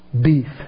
Beef